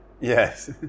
Yes